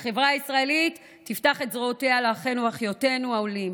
שהחברה הישראלית תפתח את זרועותיה לאחינו ואחיותינו העולים.